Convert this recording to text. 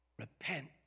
Repent